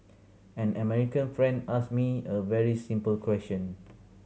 an American friend asked me a very simple question